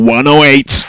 108